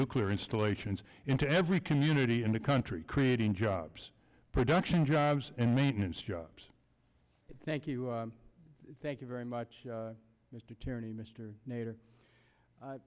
nuclear installations into every community in the country creating jobs production jobs and maintenance jobs thank you thank you very much mr attorney mr nader